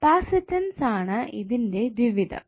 capacitance ആണ് ഇതിന്റെ ദ്വിവിധം